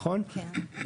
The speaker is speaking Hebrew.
נכון?